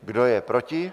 Kdo je proti?